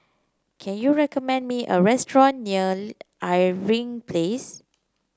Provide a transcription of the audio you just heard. can you recommend me a restaurant near Irving Place